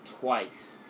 twice